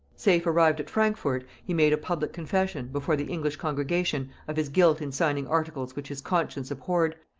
safe arrived at frankfort, he made a public confession, before the english congregation, of his guilt in signing articles which his conscience abhorred,